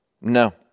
No